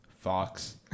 fox